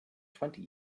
twenty